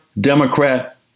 Democrat